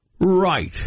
Right